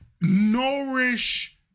nourish